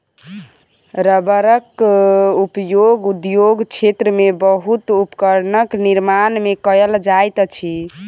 रबड़क उपयोग उद्योग क्षेत्र में बहुत उपकरणक निर्माण में कयल जाइत अछि